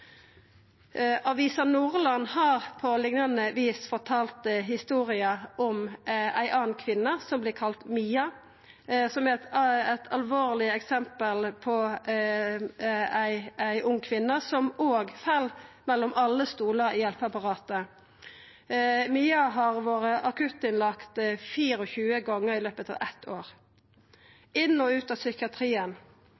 Avisa Nordland har på liknande vis fortalt historia om ei anna kvinne, som vert kalla Mia, som eit alvorleg eksempel på ei ung kvinne som òg fell mellom alle stolar i hjelpeapparatet. Mia har vore akuttinnlagt 24 gonger i løpet av eitt år